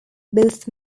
both